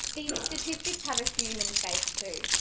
these statistics have a human face too.